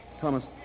Thomas